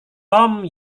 tom